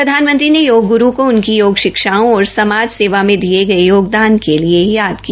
प्रधानमंत्री ने योग गुरू को उनकी योग षिक्षाओं और समाज सेवा में दिये गए योगदान के लिए भी याद किया